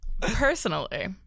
Personally